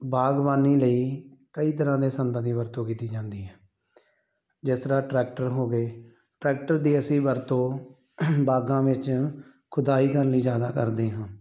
ਬਾਗਬਾਨੀ ਲਈ ਕਈ ਤਰ੍ਹਾਂ ਦੇ ਸੰਦਾਂ ਦੀ ਵਰਤੋਂ ਕੀਤੀ ਜਾਂਦੀ ਹੈ ਜਿਸ ਤਰ੍ਹਾਂ ਟਰੈਕਟਰ ਹੋ ਗਏ ਟਰੈਕਟਰ ਦੀ ਅਸੀਂ ਵਰਤੋਂ ਬਾਗਾਂ ਵਿੱਚ ਖੁਦਾਈ ਕਰਨ ਲਈ ਜ਼ਿਆਦਾ ਕਰਦੇ ਹਾਂ